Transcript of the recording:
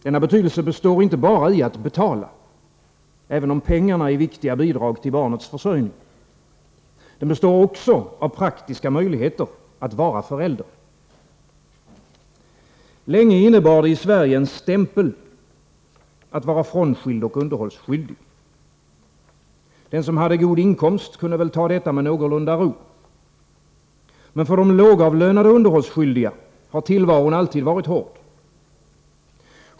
Denna betydelse består inte bara i att betala — även om pengarna är viktiga bidrag till barnets försörjning. Den består också av praktiska möjligheter att vara förälder. Länge innebar det i Sverige en stämpel att vara frånskild och underhållsskyldig. Den som hade god inkomst kunde väl ta detta med någorlunda ro. Men för de lågavlönade underhållsskyldiga har tillvaron alltid varit hård.